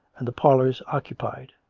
and the parlours occupied.